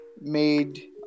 made